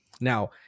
Now